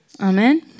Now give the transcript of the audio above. Amen